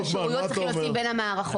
ואיזה קישוריות צריך לשים בין המערכות.